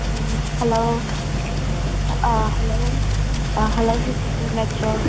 hello hello hello ꯁꯤ sister ꯅꯠꯇ꯭ꯔꯣ